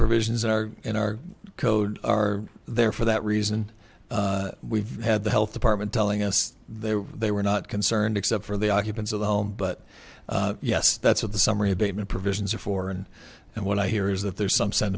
provisions that are in our code are there for that reason we've had the health department telling us they were they were not concerned except for the occupants of the home but yes that's what the summary abatement provisions are for and and what i hear is that there's some sen